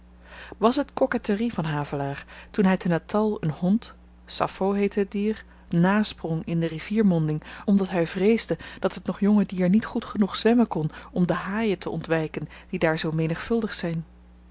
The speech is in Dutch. was t koketterie van havelaar toen hy te natal een hond sappho heette het dier nasprong in de riviermonding omdat hy vreesde dat het nog jonge dier niet goed genoeg zwemmen kon om de haaien te ontwyken die daar zoo menigvuldig zyn